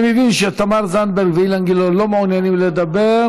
אני מבין שתמר זנדברג ואילן גילאון לא מעוניינים לדבר,